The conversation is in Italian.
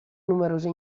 numerose